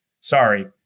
Sorry